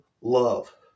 love